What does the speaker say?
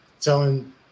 telling